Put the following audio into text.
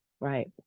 right